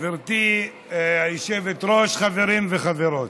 גברתי היושבת-ראש, חברים וחברות,